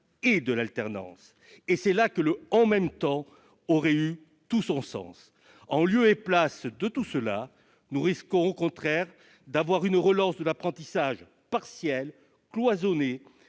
et de l'alternance. C'est là que le « en même temps », aurait eu tout son sens. En lieu et place de tout cela, nous risquons au contraire d'avoir une relance partielle et cloisonnée